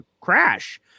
crash